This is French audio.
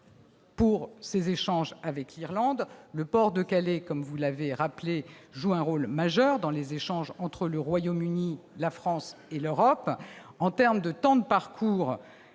pour ces échanges avec l'Irlande. Le port de Calais, comme vous l'avez rappelé, joue un rôle majeur dans les échanges entre le Royaume-Uni, la France et l'Europe.